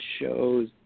shows